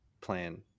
plan